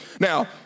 Now